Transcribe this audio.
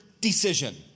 decision